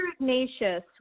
Ignatius